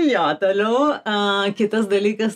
jo toliau a kitas dalykas